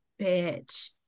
bitch